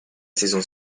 saison